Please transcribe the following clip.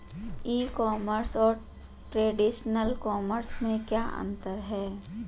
ई commerce और traditional commerce में क्या अंतर है?